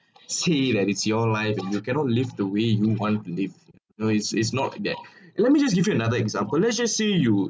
say that it's your live and you cannot live the way you want to live know it's is not that let me just give you another example lets just say you